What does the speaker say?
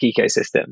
ecosystem